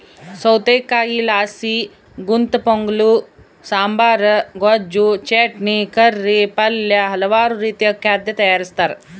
ಸೌತೆಕಾಯಿಲಾಸಿ ಗುಂತಪೊಂಗಲ ಸಾಂಬಾರ್, ಗೊಜ್ಜು, ಚಟ್ನಿ, ಕರಿ, ಪಲ್ಯ ಹಲವಾರು ರೀತಿಯ ಖಾದ್ಯ ತಯಾರಿಸ್ತಾರ